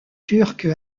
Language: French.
turque